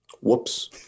Whoops